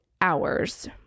hours